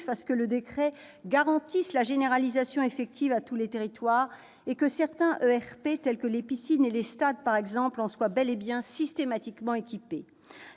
à ce que le nouveau décret garantisse la généralisation effective à tous les territoires, et que certains ERP, tels que les piscines et les stades, en soient bel et bien systématiquement équipés.